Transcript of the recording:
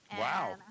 Wow